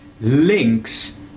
links